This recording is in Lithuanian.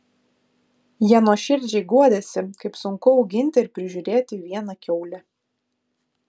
jie nuoširdžiai guodėsi kaip sunku auginti ir prižiūrėti vieną kiaulę